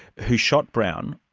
who shot brown.